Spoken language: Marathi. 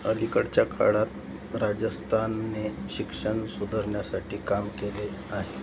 अलीकडच्या काळात राजस्थानने शिक्षण सुधरण्यासाठी काम केले आहे